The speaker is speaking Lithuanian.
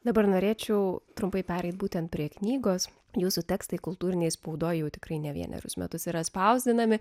dabar norėčiau trumpai pereiti būtent prie knygos jūsų tekstai kultūrinėje spaudoje jau tikrai ne vienerius metus yra spausdinami